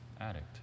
addict